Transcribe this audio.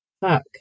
fuck